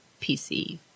PC